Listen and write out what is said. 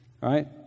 Right